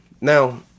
Now